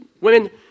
Women